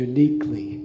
Uniquely